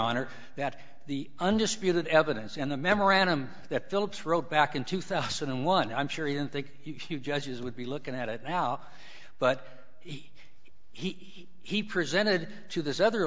honor that the undisputed evidence in the memorandum that phillips wrote back in two thousand and one i'm sure he didn't think he judges would be looking at it now but he he he presented to this other